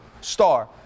star